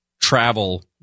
travel